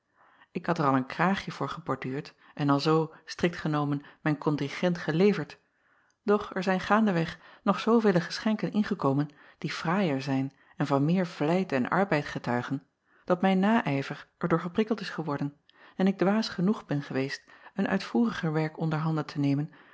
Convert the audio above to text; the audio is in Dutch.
k had er al een kraagje voor geborduurd en alzoo strikt genomen mijn kontingent geleverd doch er zijn gaandeweg nog zoovele geschenken ingekomen die fraaier zijn en van meer vlijt en arbeid getuigen dat mijn naijver er door geprikkeld is geworden en ik dwaas genoeg ben geweest een uitvoeriger werk onder handen te nemen